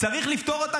צריך לפטור אותם.